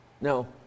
No